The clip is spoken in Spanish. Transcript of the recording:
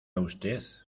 usted